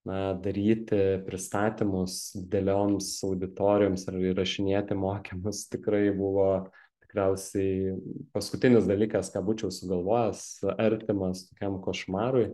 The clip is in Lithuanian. na daryti pristatymus didelioms auditorijoms ir įrašinėti mokymus tikrai buvo tikriausiai paskutinis dalykas ką būčiau sugalvojęs artimas tokiam košmarui